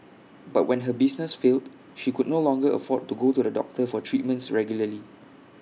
but when her business failed she could no longer afford to go to the doctor for treatments regularly